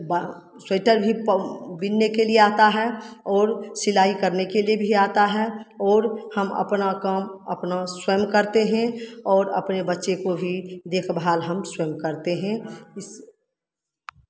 बा स्वेटर भी बुनने के लिए आता है और सिलाई करने के लिए भी आता है और हम अपना काम अपना स्वयं करते हैं और अपने बच्चे को भी देखभाल हम स्वयं करते हैं इस